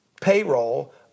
payroll